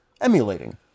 emulating